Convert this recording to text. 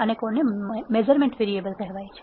અને measurement variable શું કહેવાય છે